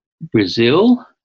Brazil